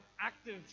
active